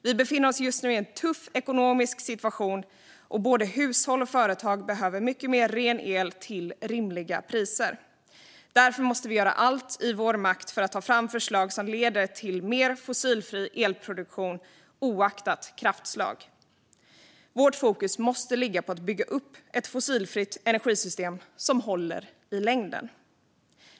Vi befinner oss just nu i en tuff ekonomisk situation, och både hushåll och företag behöver mycket mer ren el till rimliga priser. Därför måste vi göra allt i vår makt för att ta fram förslag som leder till mer fossilfri elproduktion, oavsett kraftslag. Vårt fokus måste ligga på att bygga upp ett fossilfritt energisystem som håller i längden.